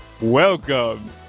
welcome